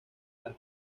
los